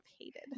hated